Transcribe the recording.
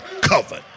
covered